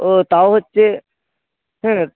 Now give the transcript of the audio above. ও তাও হচ্ছে হুম